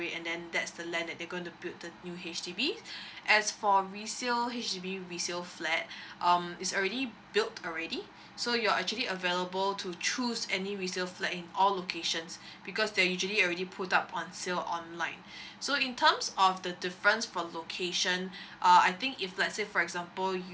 and then that's the land that they're gonna build the new H_D_Bs as for resale H_D_B resale flat um it's already built already so you're actually available to choose any resale flat in all locations because they're usually already put up on sale online so in terms of the difference for location uh I think if let's say for example you